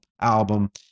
album